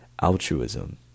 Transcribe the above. altruism